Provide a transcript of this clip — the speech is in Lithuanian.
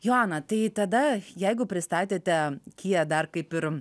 joana tai tada jeigu pristatėte kiją dar kaip ir